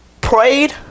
prayed